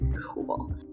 Cool